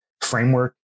framework